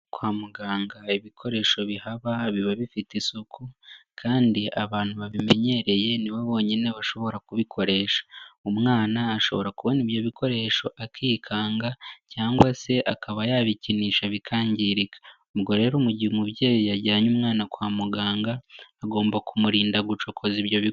Kwa muganga ibikoresho bihaba biba bifite isuku kandi abantu babimenyereye ni bo bonyine bashobora kubikoresha. Umwana ashobora kubona ibyo bikoresho akikanga cyangwa se akaba yabikinisha bikangirika, ubwo rero mu gihe umubyeyi yajyanye umwana kwa muganga agomba kumurinda gucokoza ibyo bi....